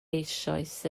eisoes